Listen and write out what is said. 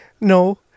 No